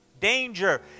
danger